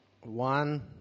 one